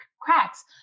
cracks